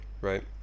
right